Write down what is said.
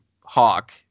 Hawk